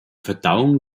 verdauung